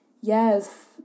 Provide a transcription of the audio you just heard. Yes